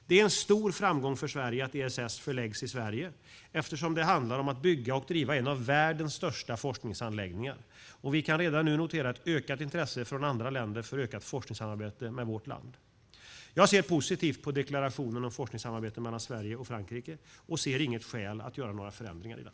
Det är en stor framgång för Sverige att ESS förläggs i Sverige, eftersom det handlar om att bygga och driva en av världens största forskningsanläggningar. Vi kan redan nu notera ett ökat intresse från andra länder för ökat forskningssamarbete med vårt land. Jag ser positivt på deklarationen om forskningssamarbete mellan Sverige och Frankrike och ser inget skäl att göra några förändringar i den.